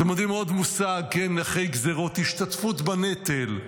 אתם יודעים עוד מושג, אחרי גזרות, השתתפות בנטל.